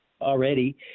Already